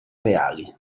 reali